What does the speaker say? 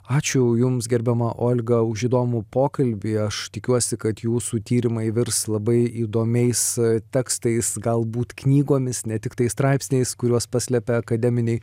ačiū jums gerbiama olga už įdomų pokalbį aš tikiuosi kad jūsų tyrimai virs labai įdomiais tekstais galbūt knygomis ne tiktai straipsniais kuriuos paslepia akademiniai